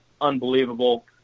unbelievable